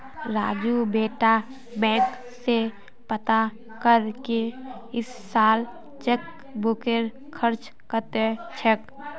राजू बेटा बैंक स पता कर की इस साल चेकबुकेर खर्च कत्ते छेक